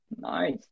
nice